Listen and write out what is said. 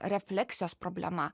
refleksijos problema